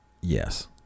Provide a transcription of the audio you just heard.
Yes